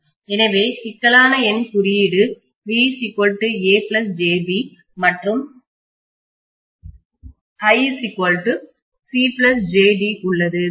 எனவே சிக்கலான எண் குறியீடு v a jb மற்றும் i c jd உள்ளது